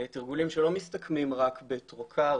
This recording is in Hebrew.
תרגולים שלא מסתכמים רק ב- trocar,